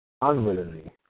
unwillingly